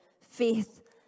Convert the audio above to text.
faith